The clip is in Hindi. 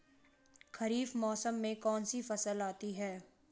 खरीफ मौसम में कौनसी फसल आती हैं?